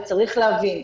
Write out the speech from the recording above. וצריך להבין,